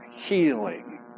healing